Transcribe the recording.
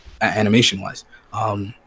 animation-wise